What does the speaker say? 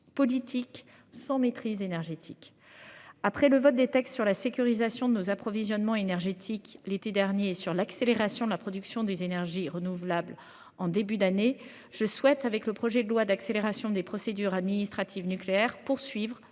politique sans maîtrise énergétique. Après le vote des textes sur la sécurisation de nos approvisionnements énergétiques. L'été dernier sur l'accélération de la production des énergies renouvelables en début d'année je souhaite avec le projet de loi d'accélération des procédures administratives nucléaire poursuivre